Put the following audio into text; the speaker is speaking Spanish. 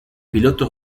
piloto